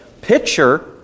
picture